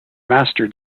master